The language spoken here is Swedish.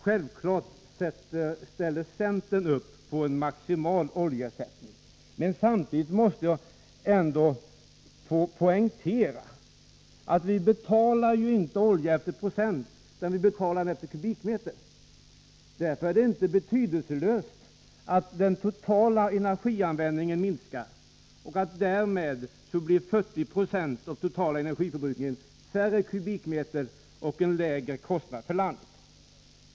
Självfallet ställer sig centern bakom en maximal oljeersättning, men samtidigt måste jag poängtera att vi inte betalar olja på procentbasis, utan per kubikmeter. Därför är det inte betydelselöst att den totala energianvändningen minskar, då 40 96 av den totala energiförbrukningen därmed blir färre kubikmeter. Det innebär en lägre kostnad för landet.